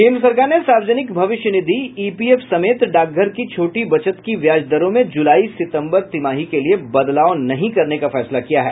केन्द्र सरकार ने सार्वजनिक भविष्य निधि ईपीएफ समेत डाकघर की छोटी बचत की ब्याज दरों में जुलाई सितम्बर तिमाही के लिए बदलाव नहीं करने का फैसला किया है